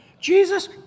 Jesus